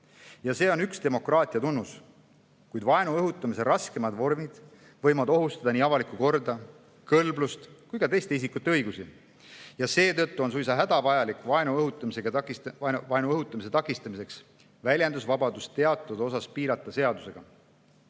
See on üks demokraatia tunnus, kuid vaenu õhutamise raskemad vormid võivad ohustada nii avalikku korda, kõlblust kui ka teiste isikute õigusi. Seetõttu on suisa hädavajalik vaenu õhutamise takistamiseks väljendusvabadust teatud osas seadusega